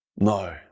No